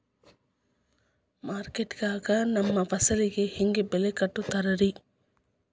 ಮಾರುಕಟ್ಟೆ ಗ ನಮ್ಮ ಫಸಲಿಗೆ ಹೆಂಗ್ ಬೆಲೆ ಕಟ್ಟುತ್ತಾರ ರಿ?